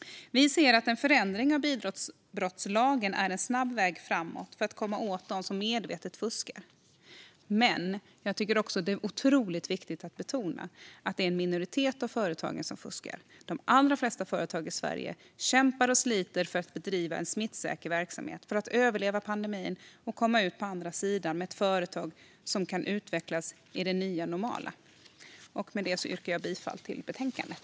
Vi ser att en förändring av bidragsbrottslagen är en snabb väg framåt för att komma åt dem som medvetet fuskar, men jag tycker att det är otroligt viktigt att betona att det är en minoritet av företagen som fuskar. De allra flesta företag i Sverige kämpar och sliter för att bedriva en smittsäker verksamhet för att överleva pandemin och komma ut på andra sidan med ett företag som kan utvecklas i det nya normala. Jag yrkar bifall till förslaget i betänkandet.